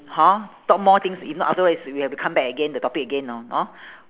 hor talk more things if not afterwards we have to come back again the topic again ah hor